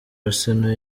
arsenal